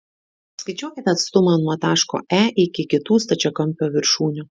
apskaičiuokite atstumą nuo taško e iki kitų stačiakampio viršūnių